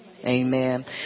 Amen